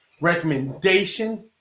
recommendation